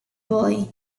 boy